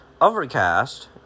Overcast